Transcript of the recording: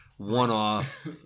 one-off